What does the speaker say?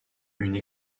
une